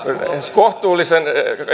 kohtuullisen